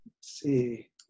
see